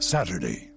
Saturday